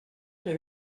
què